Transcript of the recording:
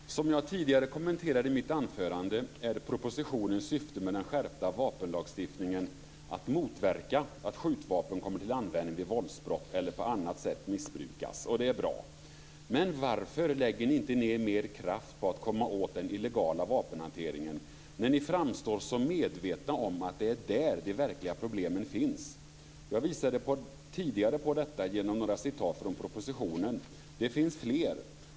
Herr talman! Som jag tidigare kommenterade i mitt anförande är propositionens syfte med den skärpta vapenlagstiftningen att motverka att skjutvapen kommer till användning vid våldsbrott eller på annat sätt missbrukas. Det är bra. Men varför lägger ni inte ned mer kraft på att komma åt den illegala vapenhanteringen när ni framstår som medvetna om att det är där de verkliga problemen finns? Jag visade tidigare på detta genom några citat från propositionen. Det finns fler.